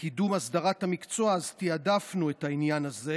לקידום הסדרת המקצוע תיעדפנו את העניין הזה.